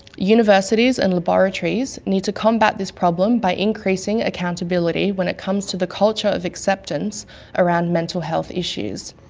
universities and laboratories need to combat this problem by increasing accountability when it comes to the culture of acceptance around mental health issues.